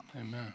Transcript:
Amen